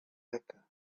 mecca